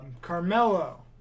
Carmelo